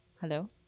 Hello